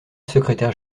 secrétaire